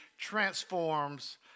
transforms